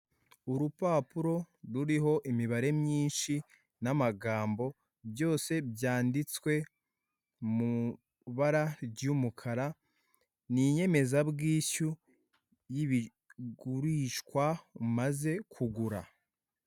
Urupapuro ruriho imibare myinshi namagambo byose byanditswe mubara ry'umukara ni inyemezabwishyu yibigurishwa umaze kugura.